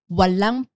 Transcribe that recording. walang